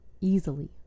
easily